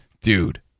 dude